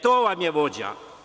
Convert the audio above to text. To vam je vođa.